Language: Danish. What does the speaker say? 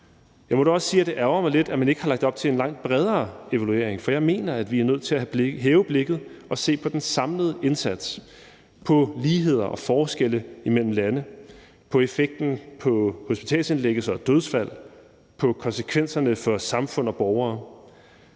Jeg må dog også sige, at det ærgrer mig lidt, at man ikke har lagt op til en langt bredere evaluering, for jeg mener, at vi er nødt til at hæve blikket og se på den samlede indsats – se på ligheder og forskelle imellem lande, på effekten på hospitalsindlæggelser og dødsfald og på konsekvenserne for samfund og borgere.